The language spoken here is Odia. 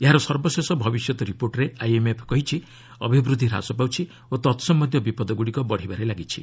ଏହାର ସର୍ବଶେଷ ଭବିଷ୍ୟତ ରିପୋର୍ଟରେ ଆଇଏମ୍ଏଫ୍ କହିଛି ଅଭିବୃଦ୍ଧି ହ୍ରାସ ପାଉଛି ଓ ତତ୍ସମ୍ଭନ୍ଧୀୟ ବିପଦଗୁଡ଼ିକ ବଢ଼ିବାରେ ଲାଗିଛି